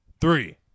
three